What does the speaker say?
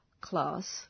class